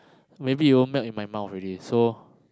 maybe it will melt in my mouth already so